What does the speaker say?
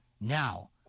Now